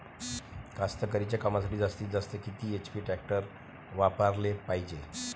कास्तकारीच्या कामासाठी जास्तीत जास्त किती एच.पी टॅक्टर वापराले पायजे?